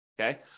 okay